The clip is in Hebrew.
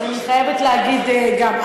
אז אני חייבת להגיד גם,